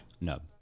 No